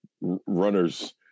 runners